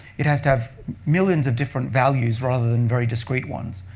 it has to have millions of different values rather than very discrete ones.